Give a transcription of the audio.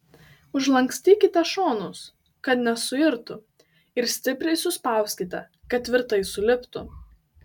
užlankstykite šonus kad nesuirtų ir stipriai suspauskite kad tvirtai suliptų